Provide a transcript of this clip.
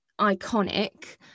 iconic